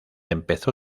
empezó